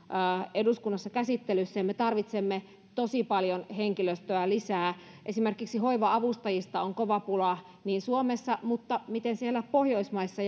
eduskunnassa käsittelyssä ja me tarvitsemme tosi paljon henkilöstöä lisää esimerkiksi hoiva avustajista on kova pula suomessa mutta miten siellä pohjoismaissa